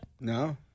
No